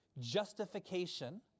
justification